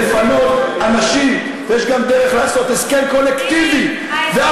מפלגת העבודה עשתה את ההסכם של גבעת-עמל,